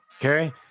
okay